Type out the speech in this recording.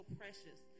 precious